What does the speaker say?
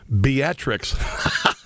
Beatrix